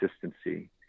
consistency